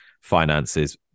finances